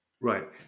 Right